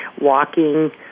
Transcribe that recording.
walking